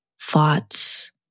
thoughts